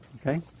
Okay